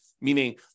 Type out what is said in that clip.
meaning